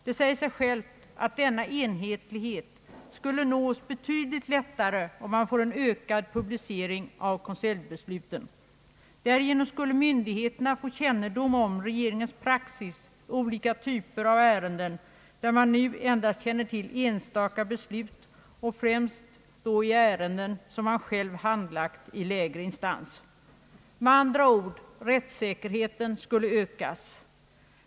Det säger sig självt att denna enhetlighet skulle nås betydligt lättare om man får en ökad publicering av konseljbesluten. Därigenom skulle myndigheterna få kännedom om regeringens praxis i olika typer av ärenden, där man nu känner till endast enstaka beslut, och främst i ärenden som man själv i lägre instans handlagt. Med andra ord skulle rättssäkerheten ökas.